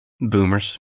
Boomers